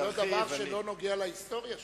זה לא דבר שלא נוגע להיסטוריה שלך,